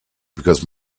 because